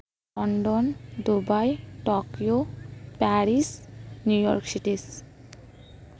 London Dubai Tokyo Paris New York cities